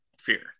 fear